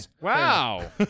Wow